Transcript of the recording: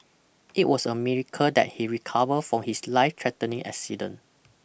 it was a miracle that he recovered from his life threatening accident